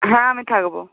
হ্যাঁ আমি থাকব